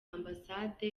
ambasade